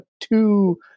two